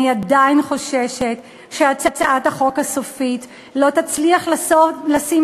אני עדיין חוששת שהצעת החוק הסופית לא תצליח לשים